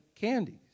Candies